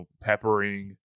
peppering